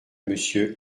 monsieur